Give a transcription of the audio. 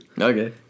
Okay